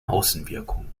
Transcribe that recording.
außenwirkung